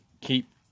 keep